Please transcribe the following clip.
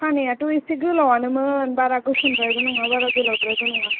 खानायाथ' एसे गोलावानो मोन बारा गुसुंद्राय बो नङा बारा गोलावद्रायबो नङा